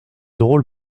drôles